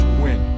win